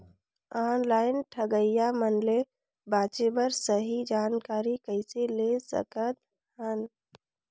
Online ठगईया मन ले बांचें बर सही जानकारी कइसे ले सकत हन?